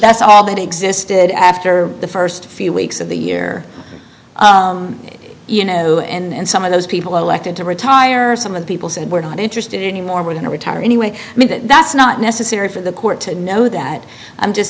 that's all that existed after the first few weeks of the year you know and some of those people elected to retire some of the people said we're not interested in anymore we're going to retire anyway i mean that's not necessary for the court to know that i'm just